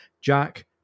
Jack